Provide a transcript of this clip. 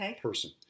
person